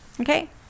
okay